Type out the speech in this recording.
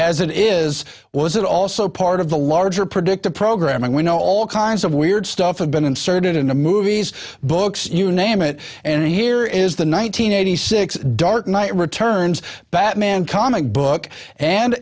as it is was it also part of the larger predictive programming we know all kinds of weird stuff have been inserted into movies books you name it and here is the one nine hundred eighty six dark knight returns batman comic book and